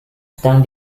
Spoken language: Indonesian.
sedang